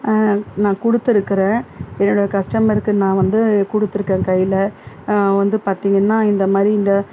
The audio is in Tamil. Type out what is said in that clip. நான் கொடுத்துருக்கறேன் என்னோடய கஸ்டமருக்கு நான் வந்து கொடுத்துருக்கேன் கையில் வந்து பார்த்தீங்கன்னா இந்த மாதிரி இந்த